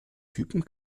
typen